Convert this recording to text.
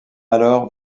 alors